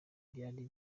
byari